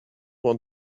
want